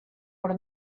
por